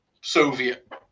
Soviet